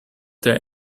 der